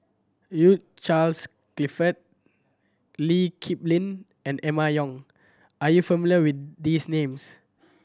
Hugh Charles Clifford Lee Kip Lin and Emma Yong are you familiar with these names